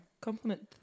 Compliment